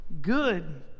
good